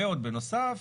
ועוד בנוסף,